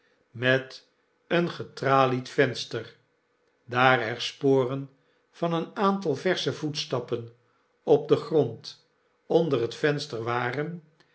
met een getralied venster daar er sporen van een aantal versche voetstappen op den grond onder het venster waren